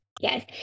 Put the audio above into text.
yes